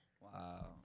Wow